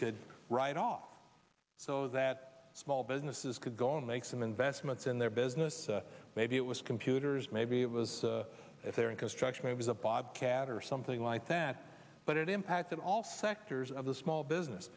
could write off so that small businesses could go and make some investments in their business maybe it was computers maybe it was if they're in construction it was a bobcat or something like that but it impacted all sectors of the small business